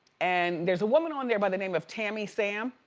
and there's a woman on there by the name of tammy sam.